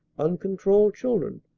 uncontrolled children,